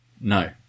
No